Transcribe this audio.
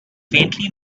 faintly